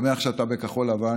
אני שמח שאתה בכחול לבן.